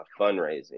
fundraising